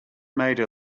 made